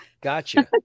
Gotcha